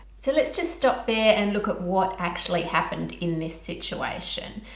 so let's just stop there and look at what actually happened in this situation.